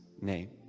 name